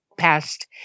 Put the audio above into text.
Past